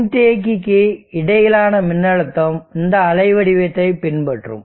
மின்தேக்கிக்கு இடையிலான மின்னழுத்தம் இந்த அலை வடிவத்தை பின்பற்றும்